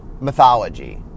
mythology